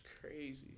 crazy